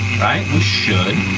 right? we should,